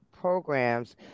programs